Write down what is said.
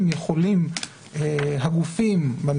יכולים הגופים לעשות באותו מידע שהם קיבלו מהרשות לאיסור